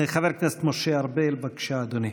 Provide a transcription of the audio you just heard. חבר הכנסת משה ארבל, בבקשה, אדוני.